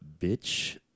bitch